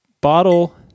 bottle